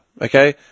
Okay